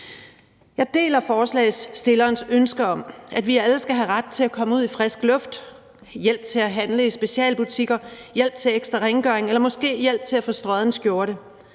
Jeg deler forslagsstillernes ønske om, at vi alle skal have ret til at komme ud i frisk luft, hjælp til at handle i specialbutikker, hjælp til ekstra rengøring eller måske hjælp til at få strøget en skjorte.